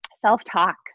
self-talk